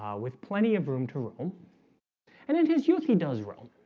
ah with plenty of room to roam and in his youth he does room